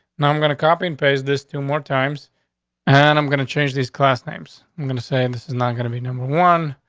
now, i'm gonna copy and paste this two more times and i'm gonna change these class names. i'm going to say this is not gonna be number one.